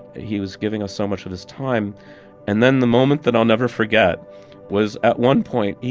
he was giving us so much of his time and then the moment that i'll never forget was, at one point,